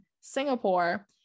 Singapore